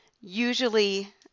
usually